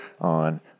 on